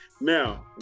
Now